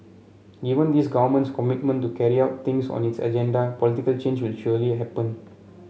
given this Government's commitment to carry out things on its agenda political change will surely happen